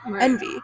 envy